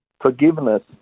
forgiveness